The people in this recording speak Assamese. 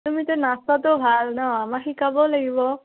তুমিটো নচাটো ভাল ন আমাক শিকাব লাগিব